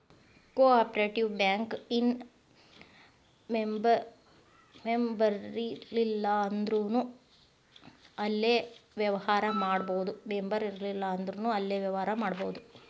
co operative bank ಇನ್ ಮೆಂಬರಿರ್ಲಿಲ್ಲಂದ್ರುನೂ ಅಲ್ಲೆ ವ್ಯವ್ಹಾರಾ ಮಾಡ್ಬೊದು